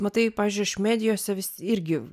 matai pavyzdžiui aš medijose vis irgi